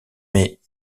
mais